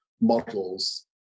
models